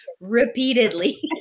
repeatedly